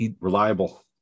Reliable